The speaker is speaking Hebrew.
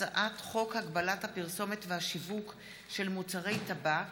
הצעת חוק הגבלת הפרסומת והשיווק של מוצרי טבק